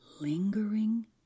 lingering